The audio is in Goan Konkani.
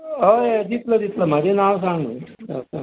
हय हय दितलो दितलो म्हजें नांव सांग